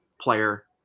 player